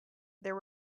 there